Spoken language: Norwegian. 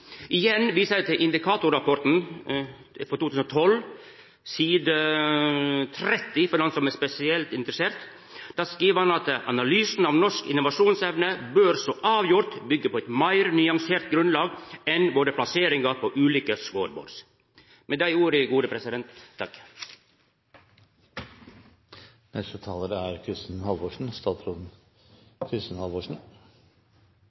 Igjen viser eg til indikatorrapporten for 2012 – side 30, for den som er spesielt interessert, der ein skriv: analysen av norsk innovasjonsevne bør avgjort bygge på et mer nyansert grunnlag enn vår samlete plassering i ulike